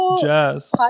jazz